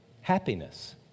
happiness